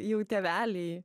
jau tėveliai